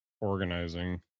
organizing